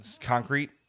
concrete